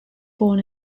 born